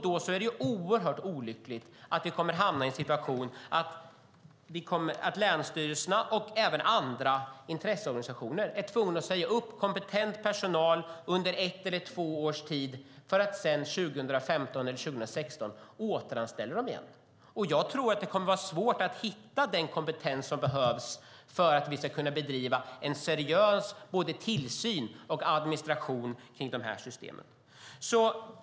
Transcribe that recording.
Då är det oerhört olyckligt att vi kommer att hamna i en situation där länsstyrelserna och även andra intresseorganisationer är tvungna att säga upp kompetent personal under ett eller två års tid för att sedan, 2015 eller 2016, anställa den igen. Jag tror att det kommer att vara svårt att hitta den kompetens som behövs för att kunna bedriva en seriös tillsyn och administration av de här systemen.